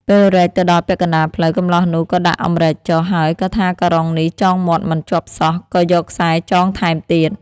ពេលរែកទៅដល់ពាក់កណ្តាលផ្លូវ កម្លោះនោះក៏ដាក់អម្រែកចុះ ហើយក៏ថាការុងនេះចងមាត់មិនជាប់សោះ ក៏យកខ្សែចងថែមទៀត